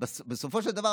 בסופו של דבר,